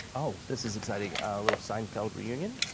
oh, this is exciting, a little seinfeld reunion.